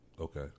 Okay